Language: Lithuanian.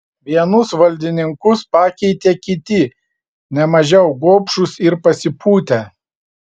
vienus valdininkus pakeitė kiti ne mažiau gobšūs ir pasipūtę